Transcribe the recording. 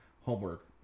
homework